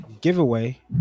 giveaway